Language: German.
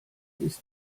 ist